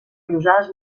llosanes